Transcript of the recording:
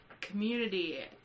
community